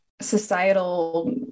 societal